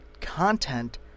content